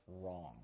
Wrong